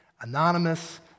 anonymous